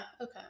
Okay